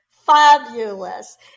Fabulous